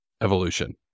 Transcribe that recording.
evolution